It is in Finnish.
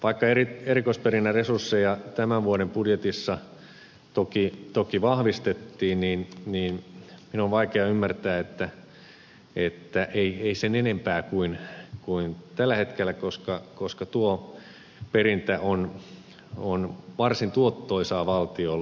vaikka erikoisperinnän resursseja tämän vuoden budjetissa toki vahvistettiin minun on vaikea ymmärtää että sitä ei tehdä sen enempää kuin tällä hetkellä koska tuo perintä on varsin tuottoisaa valtiolle